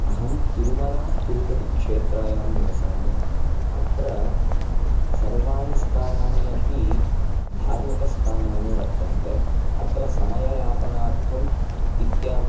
अहं तिरूमलातिरुपतिक्षेत्रायां निवसामि अत्र सर्वाणि स्थानान्यपि धार्मिक स्थानानि वर्तन्ते अत्र समय यापनार्थम् इत्यात्